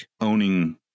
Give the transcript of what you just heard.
owning